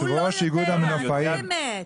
הוא לא יודע, באמת.